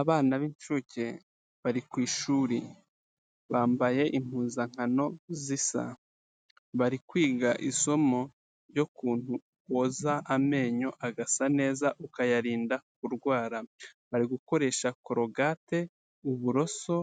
Abana b'inshuke bari ku ishuri, bambaye impuzankano zisa, bari kwiga isomo ry'ukuntu boza amenyo agasa neza ukayarinda kurwara, bari gukoresha korogate, uburoso